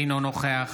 אינו נוכח